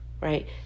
right